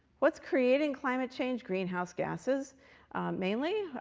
what's creating climate change? greenhouse gases mainly.